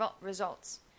results